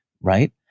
right